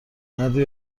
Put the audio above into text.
مردی